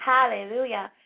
Hallelujah